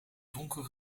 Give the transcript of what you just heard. donkere